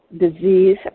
disease